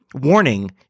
Warning